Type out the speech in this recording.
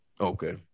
Okay